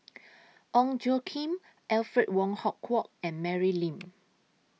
Ong Tjoe Kim Alfred Wong Hong Kwok and Mary Lim